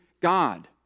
God